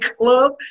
club